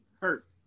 Hurt